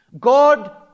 God